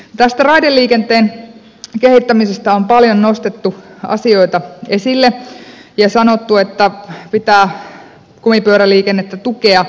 tästä raideliikenteen kehittämisestä on paljon nostettu asioita esille ja sanottu että pitää kumipyöräliikennettä tukea